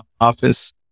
office